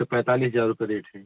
तो पैंतालीस हज़ार रुपये रेट है